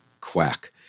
quack